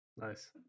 Nice